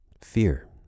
Fear